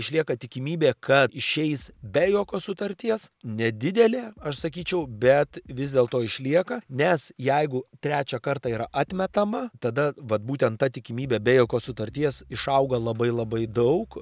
išlieka tikimybė kad išeis be jokios sutarties nedidelė aš sakyčiau bet vis dėlto išlieka nes jeigu trečią kartą yra atmetama tada vat būtent ta tikimybė be jokios sutarties išauga labai labai daug